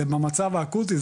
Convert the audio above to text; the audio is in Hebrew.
זה במצב אקוטי,